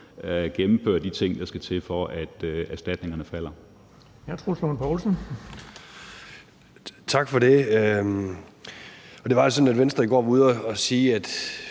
gennemføre de ting, der skal til, for at erstatningerne falder.